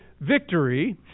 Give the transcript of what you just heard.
victory